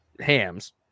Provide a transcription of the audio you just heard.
hams